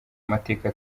amateka